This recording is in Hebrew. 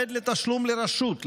מועד לתשלום לרשות,